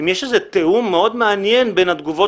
אם יש איזה תיאום מאוד מעניין בין התגובות